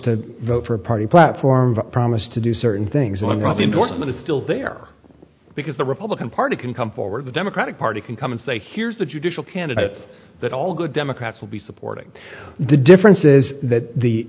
to vote for a party plan form a promise to do certain things one right the important one is still there because the republican party can come forward the democratic party can come and say here's a judicial candidate that all good democrats will be supporting the difference is that the